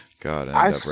God